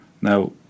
Now